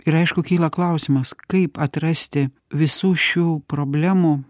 ir aišku kyla klausimas kaip atrasti visų šių problemų